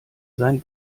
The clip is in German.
sein